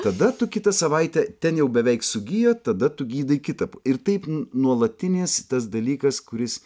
tada tu kitą savaitę ten jau beveik sugijo tada tu gydai kitą ir taip nuolatinis tas dalykas kuris